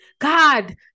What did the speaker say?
God